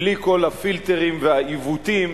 בלי כל הפילטרים והעיוותים,